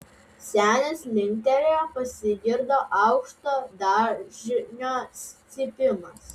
senis linktelėjo pasigirdo aukšto dažnio cypimas